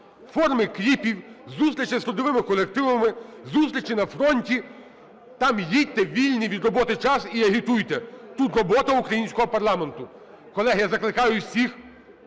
форми кліпів, зустрічей з трудовими колективами, зустрічі на фронті – там їдьте у вільний від роботи час і агітуйте. Тут робота українського парламенту. Колеги, я закликаю всіх